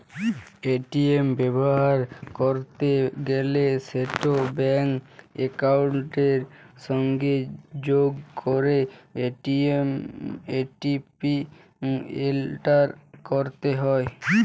ATM ব্যাভার ক্যরতে গ্যালে সেট ব্যাংক একাউলটের সংগে যগ ক্যরে ও.টি.পি এলটার ক্যরতে হ্যয়